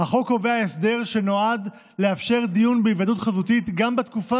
החוק קובע הסדר שנועד לאפשר דיון בהיוועדות חזותית גם בתקופה